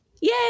Yay